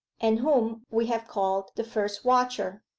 and whom we have called the first watcher.